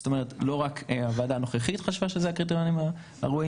זאת אומרת לא רק הוועדה הנוכחית חשבה שאלה הקריטריונים הראויים,